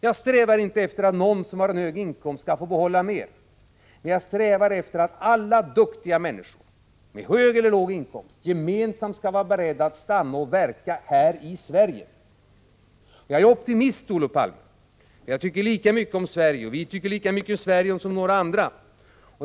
Jag strävar inte efter att någon som har en hög inkomst skall få behålla mer. Men jag strävar efter att alla duktiga människor, med hög eller låg inkomst, gemensamt skall vara beredda att stanna och verka här i Sverige. Jag är optimist, Olof Palme, och vi tycker lika mycket om Sverige som några andra.